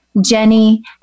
Jenny